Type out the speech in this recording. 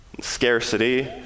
scarcity